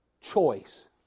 choice